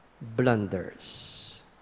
blunders